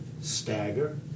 stagger